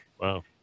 Wow